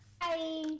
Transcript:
Bye